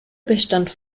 bestand